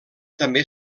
també